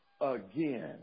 again